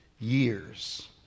years